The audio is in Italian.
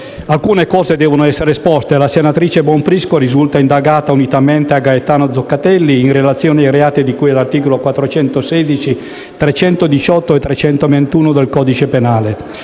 alcuni elementi devono essere esposti. La senatrice Bonfrisco risulta indagata, unitamente a Gaetano Zoccatelli, in relazione ai reati di cui agli articoli 416, 318 e 321 del codice penale.